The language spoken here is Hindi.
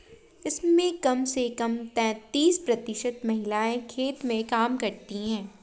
इसमें कम से कम तैंतीस प्रतिशत महिलाएं खेत में काम करती हैं